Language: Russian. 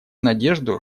надежду